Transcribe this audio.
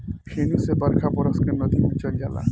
फेनू से बरखा बरस के नदी मे चल जाला